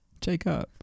Jacob